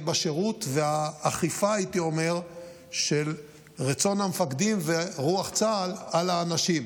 בשירות והאכיפה של רצון המפקדים ורוח צה"ל על האנשים.